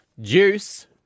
Juice